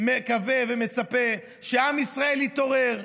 אני מקווה ומצפה שעם ישראל יתעורר,